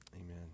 Amen